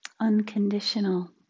Unconditional